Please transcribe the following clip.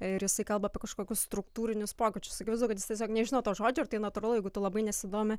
ir jisai kalba apie kažkokius struktūrinius pokyčius akivaizdu kad jis tiesiog nežino to žodžio ir tai natūralu jeigu tu labai nesidomi